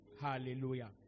Hallelujah